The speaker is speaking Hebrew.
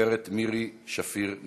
הגברת מירי שפיר נבון,